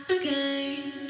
again